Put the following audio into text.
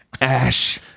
Ash